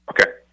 Okay